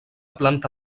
planta